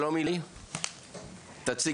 שלום, אילאי